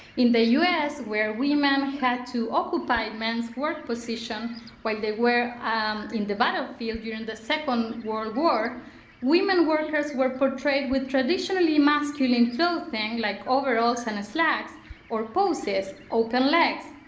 in the us where women had to occupy men's work position when they were um in the battlefield during the second world war women workers were portrayed with traditionally masculine so like overalls and slacks or poses open legs.